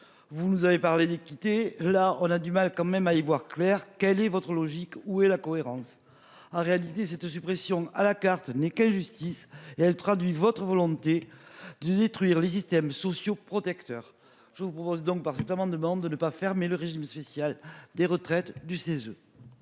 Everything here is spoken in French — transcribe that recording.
Vous nous avez parlé d'équité, là on a du mal quand même à y voir clair. Quelle est votre logique. Où est la cohérence. En réalité, cette suppression à la carte né qu'injustice et elle traduit votre volonté de détruire les systèmes sociaux protecteurs. Je vous propose donc par cet amendement de ne pas fermer le régime spécial des retraites du CESE.